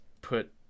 put